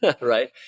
right